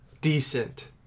decent